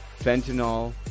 fentanyl